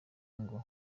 ngo